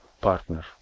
partner